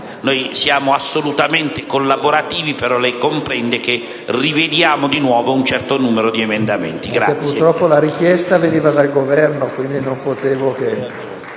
Noi siamo assolutamente collaborativi, pero lei comprende che dobbiamo riesaminare un certo numero di emendamenti.